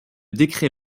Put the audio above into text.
décret